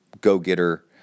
go-getter